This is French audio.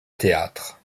théâtres